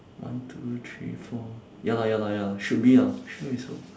one two three four ya lah ya lah ya lah should be ah shouldn't be so